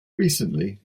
recently